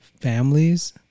families